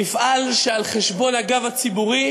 המפעל שעל חשבון הגב הציבורי